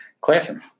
classroom